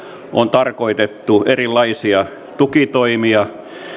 tarkoitettu erilaisiin tukitoimiin